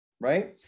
right